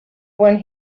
one